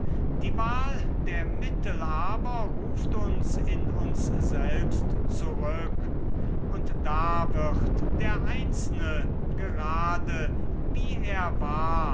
die wahl der mittel aber ruft uns in uns selbst zurück und da wird der einzelne gerade wie er war